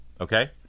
Okay